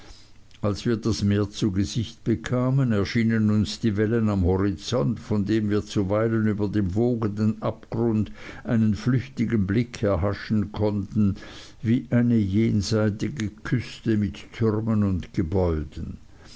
als wir das meer zu gesicht bekamen erschienen uns die wellen am horizont von dem wir zuweilen über dem wogenden abgrund einen flüchtigen blick erhaschen konnten wie eine jenseitige küste mit türmen und gebäuden